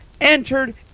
entered